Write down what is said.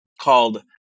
called